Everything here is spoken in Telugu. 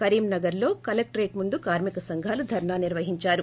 కరీంనగర్ లో కలెక్షరేట్ ముందు కార్కి క సంఘాలు ధర్నా నిర్వహించారు